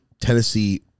Tennessee